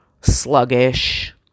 sluggish